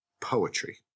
poetry